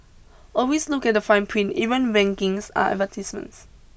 always look at the fine print even rankings are advertisements